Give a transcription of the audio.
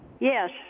Yes